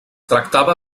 tractava